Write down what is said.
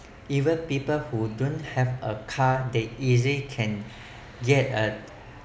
even people who don't have a car they easily can get a